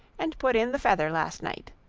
and put in the feather last night.